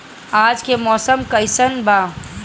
आज के मौसम कइसन बा?